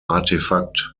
artifact